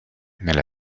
nella